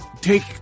take